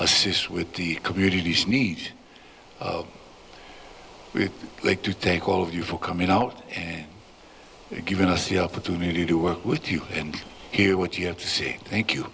assist with the communities need we'd like to thank all of you for coming out and giving us the opportunity to work with you and hear what you have to see thank you